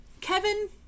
Kevin